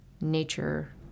nature